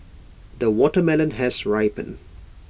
the watermelon has ripen